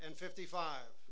and fifty five